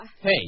Hey